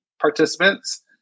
participants